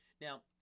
Now